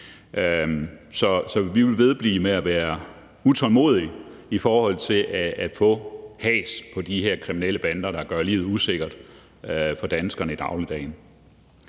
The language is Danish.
Så vi vil vedblive med at være utålmodige i forhold til at få has på de her kriminelle bander, der gør livet usikkert for danskerne i dagligdagen.